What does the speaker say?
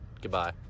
goodbye